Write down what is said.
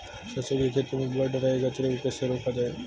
सरसों की खेती में बढ़ रहे कचरे को कैसे रोका जाए?